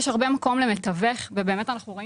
יש הרבה מקום למתווך ובאמת אנחנו רואים